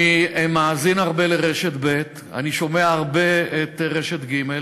אני מאזין הרבה לרשת ב', אני שומע הרבה את רשת ג',